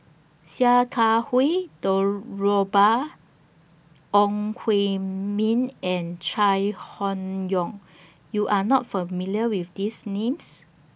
Sia Kah Hui Deborah Ong Hui Min and Chai Hon Yoong YOU Are not familiar with These Names